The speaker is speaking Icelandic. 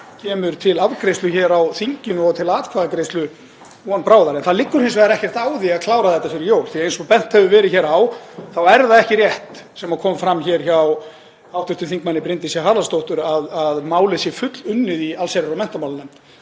kemur til afgreiðslu hér á þinginu og til atkvæðagreiðslu von bráðar. En það liggur hins vegar ekkert á því að klára það fyrir jól því að eins og bent hefur verið á er það ekki rétt sem kom fram hjá hv. þm. Bryndísi Haraldsdóttur að málið sé fullunnið í allsherjar- og menntamálanefnd.